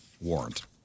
warrant